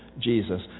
Jesus